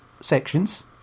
sections